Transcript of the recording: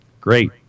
Great